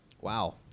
Wow